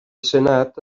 senat